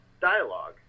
dialogue